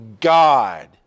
God